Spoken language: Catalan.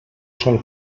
sol